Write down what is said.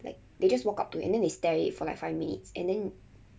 like they just walk up to and then they stare it for like five minutes and then